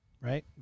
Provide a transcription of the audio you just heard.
Right